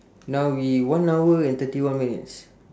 now we one hour and thirty one minutes